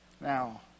Now